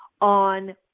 on